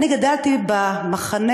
אני גדלתי במחנה